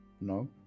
No